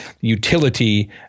utility